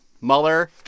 Mueller